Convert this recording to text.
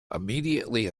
immediately